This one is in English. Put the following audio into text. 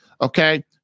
Okay